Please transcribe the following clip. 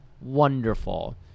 Wonderful